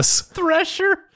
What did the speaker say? Thresher